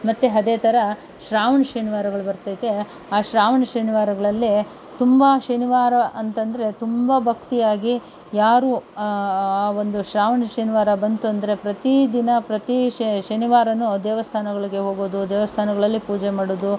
ಮತ್ತೆ ಅದೇ ಥರ ಶ್ರಾವಣ ಶನಿವಾರಗಳು ಬರ್ತೈತೆ ಆ ಶ್ರಾವಣ ಶನಿವಾರಗಳಲ್ಲಿ ತುಂಬ ಶನಿವಾರ ಅಂತಂದ್ರೆ ತುಂಬ ಭಕ್ತಿಯಾಗಿ ಯಾರು ಆ ಒಂದು ಶ್ರಾವಣ ಶನಿವಾರ ಬಂತು ಅಂದರೆ ಪ್ರತಿ ದಿನ ಪ್ರತಿ ಶನಿವಾರವೂ ದೇವಸ್ಥಾನಗಳ್ಗೆ ಹೋಗೋದು ದೇವಸ್ಥಾನಗಳಲ್ಲಿ ಪೂಜೆ ಮಾಡೋದು